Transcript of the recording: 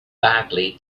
badly